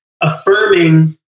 affirming